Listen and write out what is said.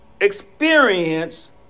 experience